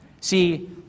See